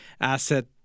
asset